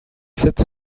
sept